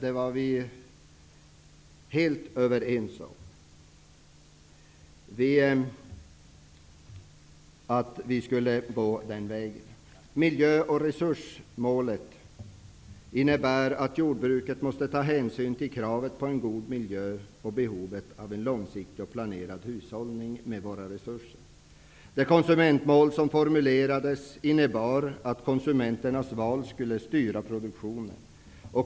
Vi var helt överens om att vi skulle gå den vägen. Miljö och resursmålet innebär att jordbruket måste ta hänsyn till kravet på en god miljö och behovet av en långsiktig och planerad hushållning med våra resurser. Det konsumentmål som formulerades innebar att konsumenternas val skulle styra produktionen.